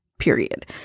Period